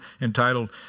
entitled